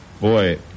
Boy